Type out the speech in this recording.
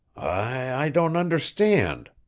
i don't understand.